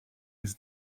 his